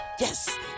Yes